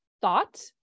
thought